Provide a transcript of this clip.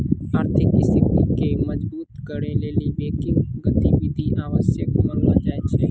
आर्थिक स्थिति के मजबुत करै लेली बैंकिंग गतिविधि आवश्यक मानलो जाय छै